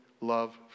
love